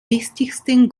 wichtigsten